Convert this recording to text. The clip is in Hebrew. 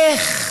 איך